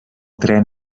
tren